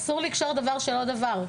אסור לקשור דבר לדבר אחר.